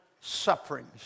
sufferings